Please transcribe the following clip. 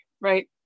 right